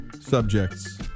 subjects